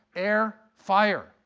air, fire.